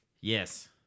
Yes